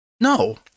no